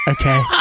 Okay